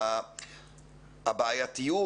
הבעייתיות,